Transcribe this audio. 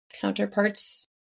counterparts